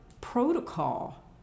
protocol